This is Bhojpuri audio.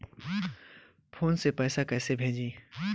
फोन से पैसा कैसे भेजी?